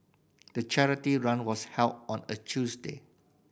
the charity run was held on a Tuesday